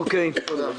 תודה.